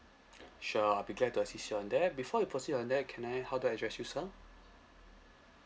sure I'll be glad to assist you on that before we proceed on that can I how do I address you sir